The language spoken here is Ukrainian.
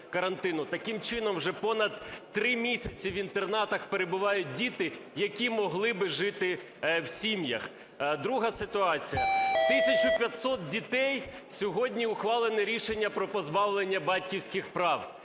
Таким чином вже понад 3 місяці в інтернатах перебувають діти, які могли би жити в сім'ях. Друга ситуація. 1 тисяча 500 дітей, сьогодні ухвалено рішення про позбавлення батьківських прав.